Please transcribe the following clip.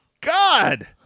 God